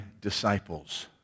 disciples